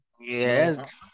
yes